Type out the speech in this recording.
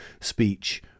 speech